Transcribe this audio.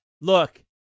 look